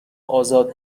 آزاد